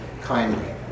kindly